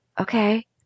Okay